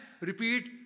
repeat